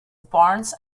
barnes